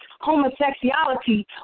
homosexuality